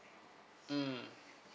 mm